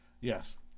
Yes